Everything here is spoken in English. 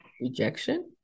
rejection